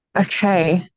okay